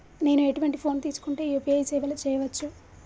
నేను ఎటువంటి ఫోన్ తీసుకుంటే యూ.పీ.ఐ సేవలు చేయవచ్చు?